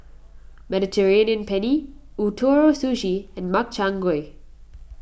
Mediterranean Penne Ootoro Sushi and Makchang Gui